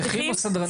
מאבטחים או סדרנים?